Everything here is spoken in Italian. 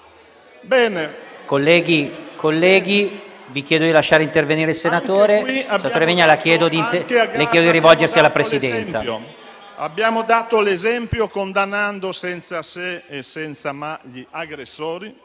Abbiamo dato l'esempio condannando senza se e senza ma gli aggressori,